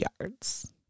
yards